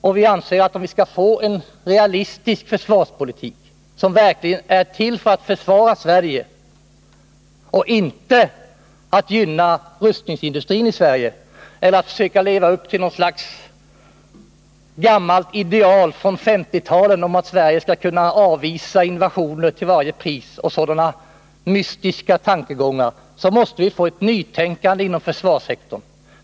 Om vi skall få en realistisk försvarspolitik, som verkligen är till för att försvara Sverige — och inte för att gynna rustningsindustrin i Sverige eller för att vi skall försöka leva upp till något slags gammalt ideal från 1950-talet om att Sverige skall kunna avvisa invasioner till varje pris och sådana mystiska tankegångar — måste vi få ett nytänkande inom försvarssektorn.